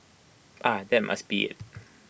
ah that must be IT